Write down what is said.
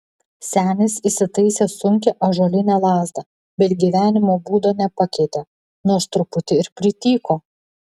senis įsitaisė sunkią ąžuolinę lazdą bet gyvenimo būdo nepakeitė nors truputį ir prityko